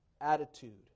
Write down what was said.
attitude